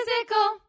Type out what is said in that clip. Physical